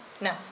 No